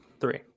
three